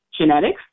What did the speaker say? genetics